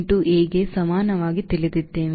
a ಗೆ ಸಮಾನವಾಗಿ ತಿಳಿದಿದ್ದೇವೆ